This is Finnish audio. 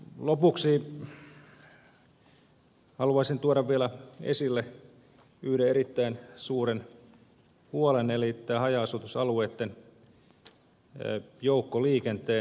lopuksi haluaisin tuoda vielä esille yhden erittäin suuren huolen eli tämän haja asutusalueitten joukkoliikenteen